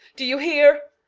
do you hear,